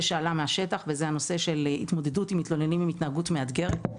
שעלה מהשטח וזה הנושא של התמודדות עם מתלוננים עם התנהגות מאתגרת.